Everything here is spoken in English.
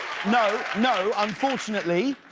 no, no, unfortunately,